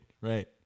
right